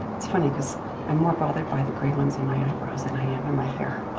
it's funny because i'm more bothered by the gray ones in my eyebrows than i am in my hair.